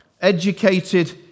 Educated